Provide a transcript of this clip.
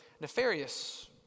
nefarious